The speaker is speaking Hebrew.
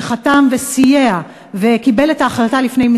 שחתם וסייע וקיבל את ההחלטה לפני כמה